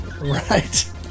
Right